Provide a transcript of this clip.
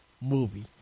movie